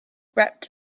wrapped